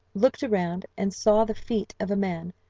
looked round, and saw the feet of a man,